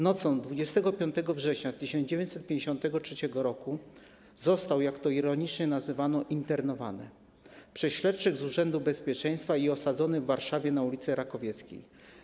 Nocą 25 września 1953 r. został, jak to ironicznie nazywano, internowany przez śledczych z Urzędu Bezpieczeństwa i osadzony w Warszawie na ul. Rakowieckiej.